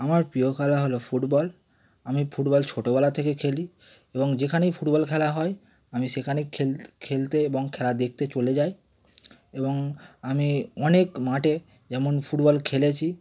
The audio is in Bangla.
আমার প্রিয় খেলা হলো ফুটবল আমি ফুটবল ছোটোবেলা থেকে খেলি এবং যেখানেই ফুটবল খেলা হয় আমি সেখানেই খেল খেলতে এবং খেলা দেখতে চলে যাই এবং আমি অনেক মাঠে যেমন ফুটবল খেলেছি